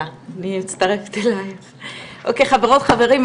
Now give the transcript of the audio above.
חברות וחברים,